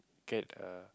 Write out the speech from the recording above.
get a